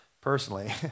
personally